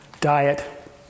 Diet